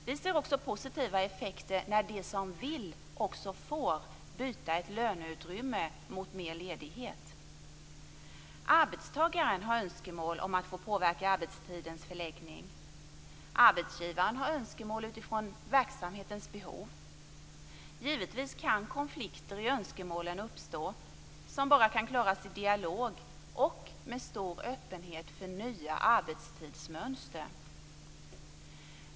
Vi ser positiva effekter när de som vill också får byta ett löneutrymme mot mer ledighet. Arbetstagaren har önskemål om att få påverka arbetstidens förläggning. Arbetsgivaren har önskemål utifrån verksamhetens behov. Givetvis kan konflikter i önskemålen uppstå som bara kan klaras i dialog och med stor öppenhet för nya arbetstidsmönster.